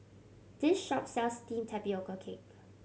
this shop sells steamed tapioca cake